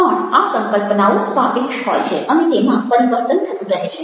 પણ આ સંકલ્પનાઓ સાપેક્ષ હોય છે અને તેમાં પરિવર્તન થતું રહે છે